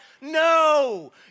no